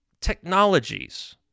technologies